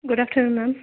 good afternoon ma'am